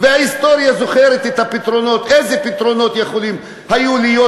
וההיסטוריה זוכרת איזה פתרונות היו יכולים להיות,